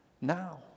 Now